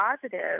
positive